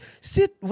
sit